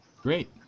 Great